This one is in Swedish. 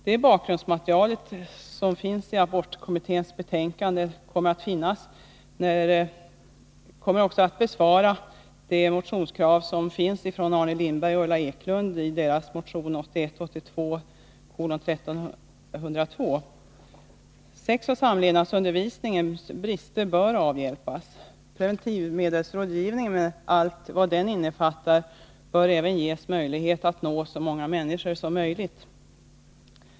Det bakgrundsmaterial som finns i abortkommitténs betänkande kommer också att besvara motionskraven från Arne Lindberg och Ulla Ekelund i deras motion 1981/82:1302. Sexoch samlevnadsundervisningens brister bör avhjälpas. Preventivmedelsrådgivningen, med allt vad den innefattar, bör även ges Nr 39 möjlighet att nå så många människor som möjligt.